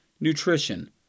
nutrition